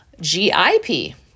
gip